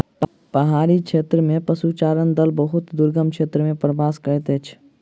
पहाड़ी क्षेत्र में पशुचारणक दल बहुत दुर्गम क्षेत्र में प्रवास करैत अछि